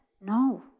No